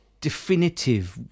definitive